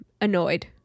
annoyed